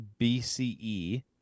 BCE